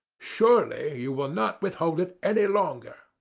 surely you will not withhold it any longer.